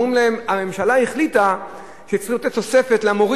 אומרים להם: הממשלה החליטה שצריך לתת למורים